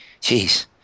Jeez